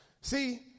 See